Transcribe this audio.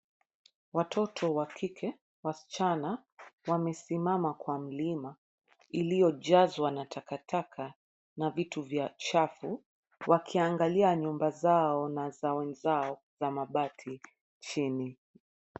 Watoto wa kike wasichana, wamesimama kwa mlima iliyojazwa na takataka na vitu vya chafu wakiangalia nyumba zao na nzaozao za mabati chini.